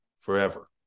forever